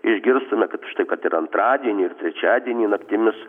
išgirstume kad štai kad ir antradienį ir trečiadienį naktimis